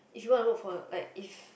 if you wanna work for like if